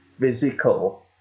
physical